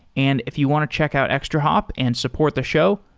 and if you want to check out extrahop and support the show,